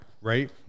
right